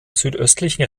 südöstlichen